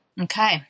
Okay